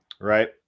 right